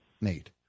nate